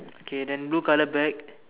okay then blue color bag